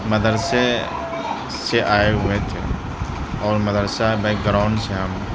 مدرسے سے آئے ہوئے تھے اور مدرسہ بیک گراؤنڈ سے ہم